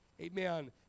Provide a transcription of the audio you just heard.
Amen